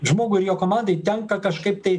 žmogui ir jo komandai tenka kažkaip tai